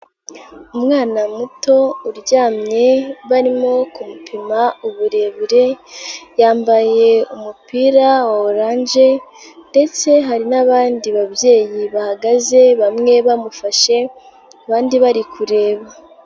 Umwana muto uryamye barimo kumupima uburebure, yambaye umupira wa orange ndetse hari nabandi babyeyi bahagaze bamwe bamufashe, abandi bari kureba.